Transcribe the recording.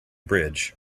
bridge